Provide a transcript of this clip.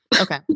Okay